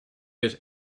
his